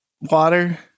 water